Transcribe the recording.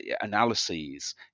analyses